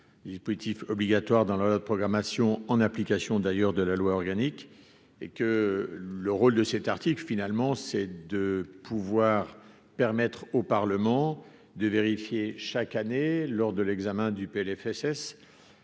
vie politique obligatoire dans la loi de programmation, en application d'ailleurs de la loi organique et que le rôle de cet article, finalement, c'est de pouvoir permettre au Parlement de vérifier chaque année lors de l'examen du PLFSS